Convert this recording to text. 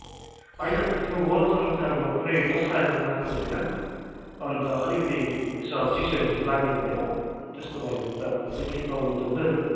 होइन त्यो चाहिँ वालसँग चाहिँ अब पुरै टँसाएर चाहिँ राख्नुभएन अन्त अलिकति यसमा चिसोहरू चाहिँ लाग्नुभएन त्यस्तो भयो भने त त्यही केही प्रब्लम त हुँदैन